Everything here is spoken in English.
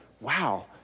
wow